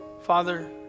Father